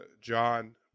John